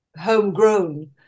homegrown